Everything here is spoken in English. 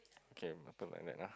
okay open my bag lah